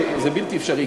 זה בלתי אפשרי כך.